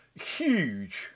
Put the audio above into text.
huge